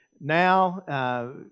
now